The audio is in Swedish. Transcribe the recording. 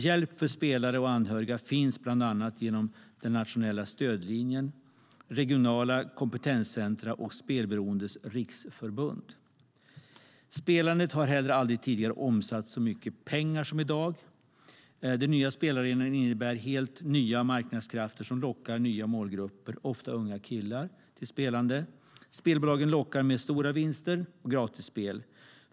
Hjälp för spelare och anhöriga finns bland annat genom den nationella stödlinjen, regionala kompetenscentrum och Spelberoendes riksförbund. Spelandet har heller aldrig tidigare omsatt så mycket pengar som i dag. Den nya spelarenan innebär helt nya marknadskrafter som lockar nya målgrupper, ofta unga killar, till spelande. Spelbolagen lockar med stora vinster och gratisspel.